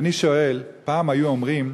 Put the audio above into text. ואני שואל, פעם היו אומרים: